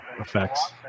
effects